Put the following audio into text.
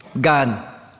God